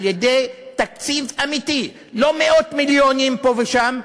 על-ידי תקציב אמיתי, לא מאות מיליונים פה ושם,